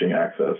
access